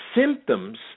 symptoms